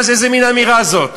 מה זה, איזה מין אמירה זאת?